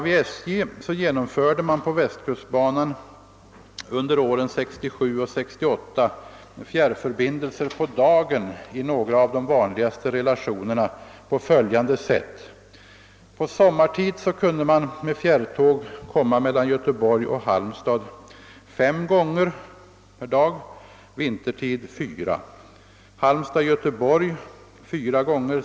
Inom SJ genomförde man på västkustbanan under åren 1967 och 1968 fjärrförbindelser på dagen i några av de vanligaste relationerna på följande sätt. Under sommartid kunde man med fjärrtåg resa mellan Göteborg och Halmstad fem gånger per dag, vintertid fyra gånger.